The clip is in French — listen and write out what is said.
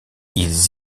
ils